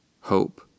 hope